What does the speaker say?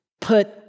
put